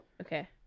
Okay